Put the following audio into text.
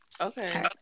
Okay